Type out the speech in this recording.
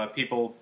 people